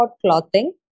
Clothing